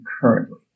currently